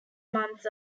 months